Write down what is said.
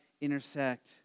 intersect